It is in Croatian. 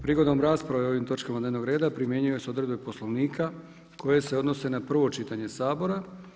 Prigodom rasprave o ovim točkama dnevnog reda primjenjuju se odredbe poslovnika koje se odnose na prvo čitanje Sabora.